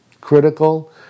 critical